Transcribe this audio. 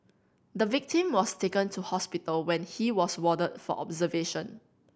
the victim was taken to hospital where he was warded for observation